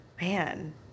Man